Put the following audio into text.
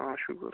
اۭں شُکُر